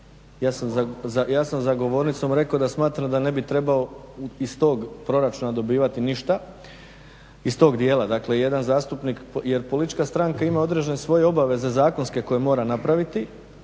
Ja sam za govornicom rekao da smatram da ne bi trebao iz tog proračuna dobivati ništa, iz tog dijela. Dakle, jedan zastupnik jer politička stranka ima određene svoje obaveze zakonske koje mora napraviti.